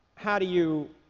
how do you?